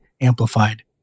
amplified